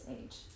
age